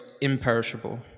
imperishable